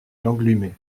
lenglumé